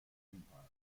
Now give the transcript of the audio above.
empire